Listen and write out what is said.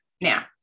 Now